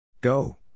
Go